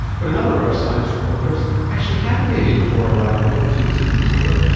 but another of our science reporters actually had a baby before arrival. welcome to tegan taylor,